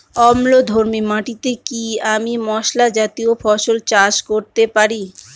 অম্লধর্মী মাটিতে কি আমি মশলা জাতীয় ফসল চাষ করতে পারি?